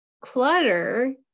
clutter